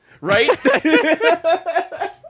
Right